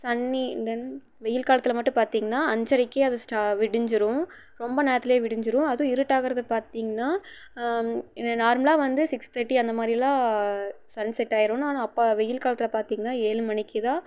சன்னி தென் வெயில் காலத்தில் மட்டும் பார்த்திங்ன்னா அஞ்சரைக்கே அது விடிஞ்சிடும் ரொம்ப நேரத்திலே விடிஞ்சிடும் அதுவும் இருட்டாகறதை பார்த்திங்ன்னா நார்மலாக வந்து சிக்ஸ் தேர்ட்டி அந்த மாதிரிலாம் சன் செட்டாகிரும் நான் அப்போ வெயில் காலத்தில் பார்த்திங்ன்னா ஏழு மணிக்குதான்